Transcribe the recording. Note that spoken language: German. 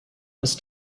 ist